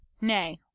nay